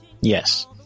yes